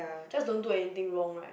just don't do anything wrong right